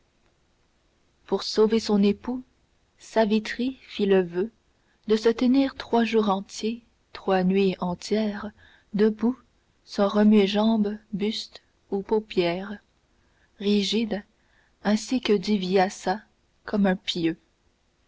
pour sauver son époux çavitri fit le voeu de se tenir trois jours entiers trois nuits entières debout sans remuer jambes buste ou paupières rigide ainsi que dit vyaça comme un pieu